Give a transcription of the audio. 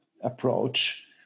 approach